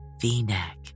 v-neck